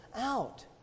out